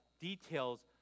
details